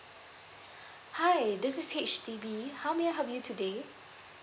hi this is H_D_B how may I help you today